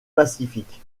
pacifique